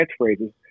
catchphrases